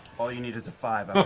all you need is a five. but